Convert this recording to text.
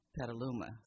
Petaluma